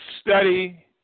study